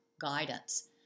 guidance